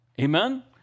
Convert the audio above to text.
Amen